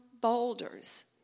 boulders